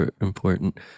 important